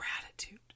gratitude